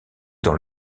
dans